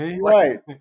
Right